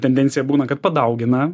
tendencija būna kad padaugina